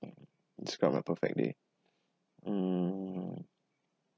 describe my perfect day mm